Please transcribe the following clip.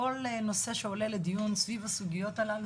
כל נושא שעולה לדיון סביב הסוגיות האלה,